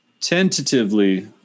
tentatively